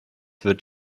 wird